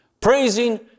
Praising